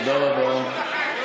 תודה רבה.